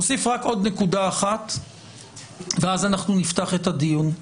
אוסיף רק עוד נקודה אחת ואז נפתח את הדיון.